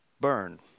burn